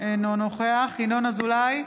אינו נוכח ינון אזולאי,